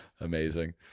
Amazing